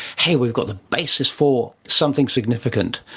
hey, we've got the basis for something significant.